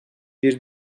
bir